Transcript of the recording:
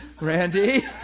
Randy